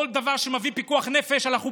כל דבר שמביא פיקוח נפש אנחנו בעד,